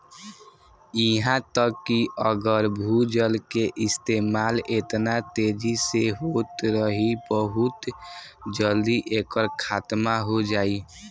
इहा तक कि अगर भूजल के इस्तेमाल एतना तेजी से होत रही बहुत जल्दी एकर खात्मा हो जाई